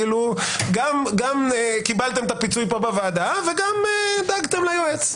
גם קיבלתם את הפיצוי פה בוועדה וגם דגתם ליועץ.